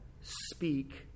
speak